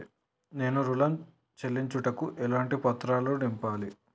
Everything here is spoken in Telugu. నేను ఋణం చెల్లించుటకు ఎలాంటి పత్రాలను నింపాలి?